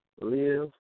Live